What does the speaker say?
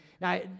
Now